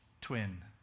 twin